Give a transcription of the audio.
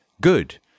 Good